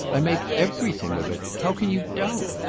i make everything of it! how can you doubt?